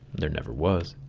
there never was.